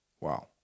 Wow